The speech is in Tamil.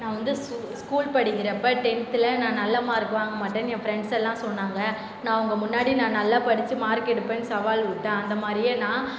நான் வந்து ஸு ஸ்கூல் படிக்கிறப்ப டென்த்தில் நான் நல்ல மார்க்கு வாங்க மாட்டேன் என் ஃப்ரண்ட்ஸ் எல்லாம் சொன்னாங்க நான் அவங்க முன்னாடி நான் நல்லா படித்து மார்க்கு எடுப்பேன்னு சவால் விட்டன் அந்த மாதிரியே நான்